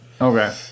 Okay